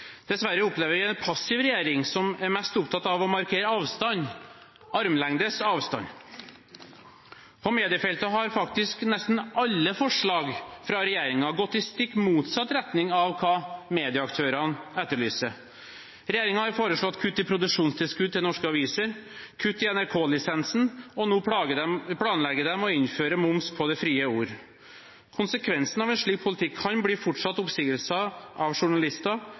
Dessverre opplever vi en passiv regjering, som er mest opptatt av å markere avstand – armlengdes avstand. På mediefeltet har nesten alle forslag fra regjeringen gått i stikk motsatt retning av hva medieaktørene etterlyser. Regjeringen har foreslått kutt i produksjonstilskuddet til norske aviser og kutt i NRK-lisensen. Nå planlegger de å innføre moms på det frie ord. Konsekvensen av en slik politikk kan bli fortsatt oppsigelser av journalister